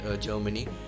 Germany